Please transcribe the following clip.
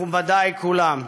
מכובדיי כולם.